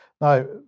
Now